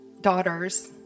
daughters